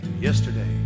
yesterday